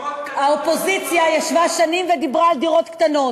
דירות קטנות